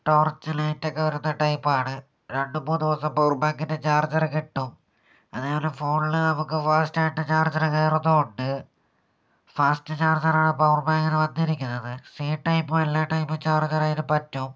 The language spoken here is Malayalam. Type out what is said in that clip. ടോർച്ച് ലൈറ്റൊക്കെ വരുന്ന ടൈപ്പാണ് രണ്ട് മൂന്ന് ദിവസം പവർബാങ്കിൻ്റെ ചാർജറ് കിട്ടും അതേപോലെ ഫോണിൽ നമുക്ക് ഫാസ്റ്റ് ആയിട്ട് ചാർജറ് കയറുന്നും ഉണ്ട് ഫാസ്റ്റ് ചാർജറാണ് പവർബാങ്കിന് വന്നിരിക്കുന്നത് സി ടൈപ്പും എല്ലാ ടൈപ്പും ചാർജറ് അതിന് പറ്റും